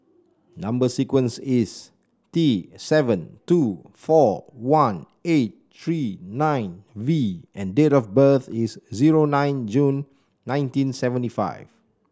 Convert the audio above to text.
number sequence is T seven two four one eight three nine V and date of birth is zero nine June nineteen seventy five